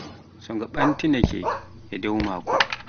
So nga ɓantinaake e dow maako